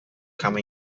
come